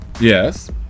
yes